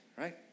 right